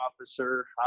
officer